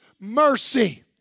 mercy